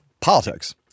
politics